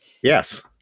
Yes